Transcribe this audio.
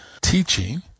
teaching